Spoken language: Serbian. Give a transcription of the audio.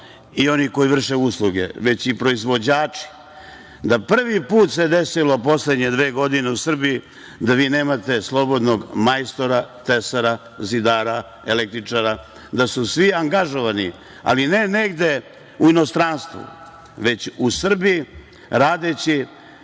i oni koji vrše usluge, već i proizvođači. Prvi put se desilo u poslednje dve godine u Srbiji da vi nemate slobodnog majstora, tesara, zidara, električara, da su svi angažovani, ali ne negde u inostranstvu, već u Srbiji, radeći